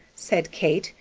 said kate,